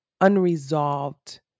unresolved